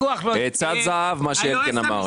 עצת זהב מה שאלקין אמר.